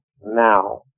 now